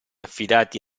affidati